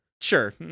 Sure